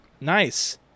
Nice